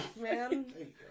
man